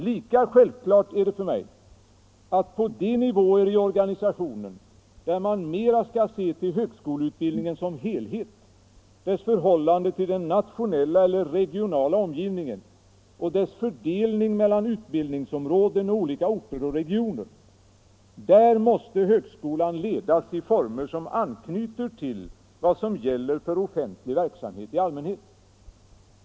Lika självklart är det för mig att på de nivåer i organisationen där man mera skall se till högskoleutbildningen som helhet, dess förhållande till den nationella eller regionala omgivningen och dess fördelning mellan utbildningsområden och olika orter och regioner — där måste högskolan ledas i former som anknyter till vad som gäller för offentlig verksamhet i allmänhet.